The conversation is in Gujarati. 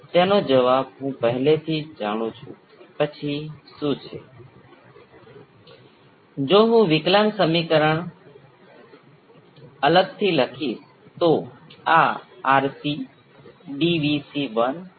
તેથી આ R L C series circuit તરીકે ઓળખાય છે અને આને સમાંતર R L C સર્કિટ તરીકે ઓળખવામાં આવે છે